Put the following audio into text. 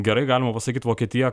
gerai galima pasakyt vokietija